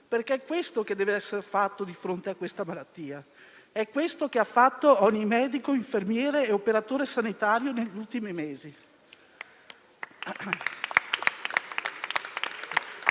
È questo che deve essere fatto di fronte a questa malattia ed è questo che ha fatto ogni medico, infermiere e operatore sanitario negli ultimi mesi.